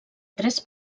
tres